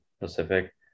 Pacific